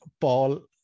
Paul